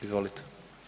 Izvolite.